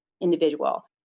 individual